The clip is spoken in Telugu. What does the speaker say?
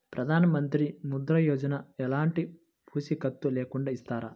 ప్రధానమంత్రి ముద్ర యోజన ఎలాంటి పూసికత్తు లేకుండా ఇస్తారా?